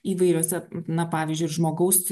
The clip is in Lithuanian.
įvairiuose na pavyzdžiui ir žmogaus